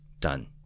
done